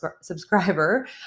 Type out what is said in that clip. subscriber